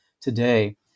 today